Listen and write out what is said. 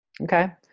okay